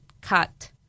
Cut